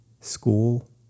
school